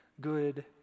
good